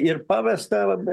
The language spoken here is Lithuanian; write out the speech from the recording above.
ir pavesta labai